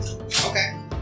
okay